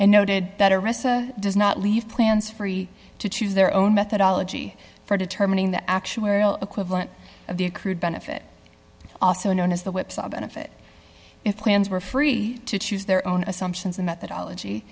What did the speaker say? ressa does not leave plans free to choose their own methodology for determining the actuarial equivalent of the accrued benefit also known as the website of benefit if plans were free to choose their own assumptions and methodology